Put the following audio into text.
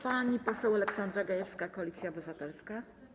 Pani poseł Aleksandra Gajewska, Koalicja Obywatelska.